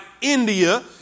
India